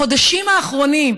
בחודשים האחרונים,